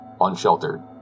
unsheltered